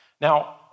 Now